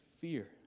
fear